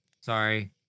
Sorry